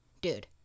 dude